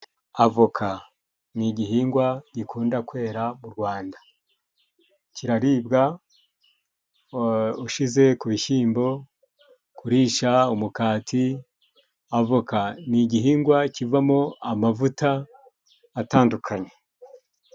Avoka ni igihingwa gikunda kwera mu Rwanda. Kiraribwa ushize ku bishimbo, kurisha umukati, avoka ni igihingwa kivamo amavuta atandukanye.